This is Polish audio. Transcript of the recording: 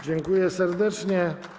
Dziękuję serdecznie.